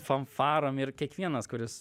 fanfarom ir kiekvienas kuris